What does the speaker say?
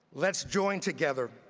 let's join together,